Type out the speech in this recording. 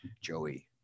Joey